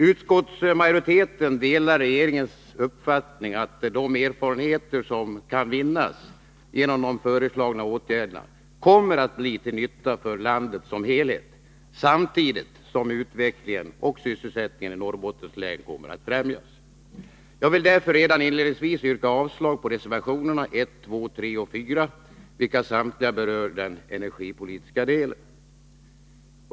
Utskottsmajoriteten delar regeringens uppfattning att de erfarenheter som kan vinnas genom de föreslagna åtgärderna kommer att bli till nytta för landet som helhet, samtidigt som utvecklingen och sysselsättningen i Norrbottens län kommer att främjas. 103 Jag vill därför redan inledningsvis yrka avslag på reservationerna 1, 2, 3 och 4, vilka samtliga berör den energipolitiska delen.